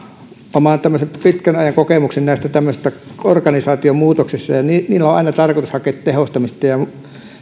omaan pitkän ajan kokemuksen tämmöisistä organisaatiomuutoksista niillä on aina tarkoitus hakea tehostamista ja